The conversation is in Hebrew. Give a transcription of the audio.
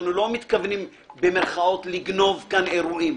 אנחנו לא מתכוונים במירכאות לגנוב כאן אירועים.